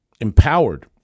empowered